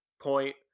point